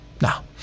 Now